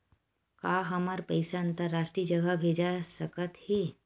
का हमर पईसा अंतरराष्ट्रीय जगह भेजा सकत हे?